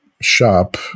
shop